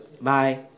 Bye